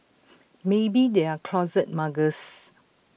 maybe they are closet muggers